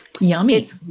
Yummy